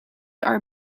are